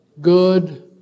good